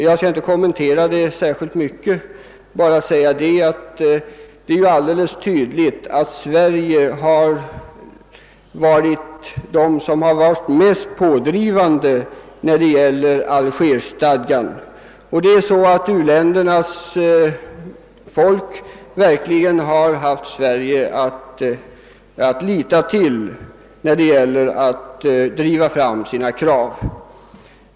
Jag skall inte kommentera denna konferens särskilt ingående men vill framhålla, att det är alldeles tydligt att Sverige har varit mest pådrivande i fråga om Algerstadgan. U-ländernas folk har verkligen haft Sverige att lita till när det gällt att driva fram sina krav.